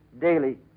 daily